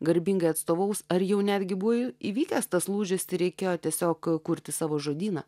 garbingai atstovaus ar jau netgi buvo įvykęs tas lūžis tereikėjo tiesiog kurti savo žodyną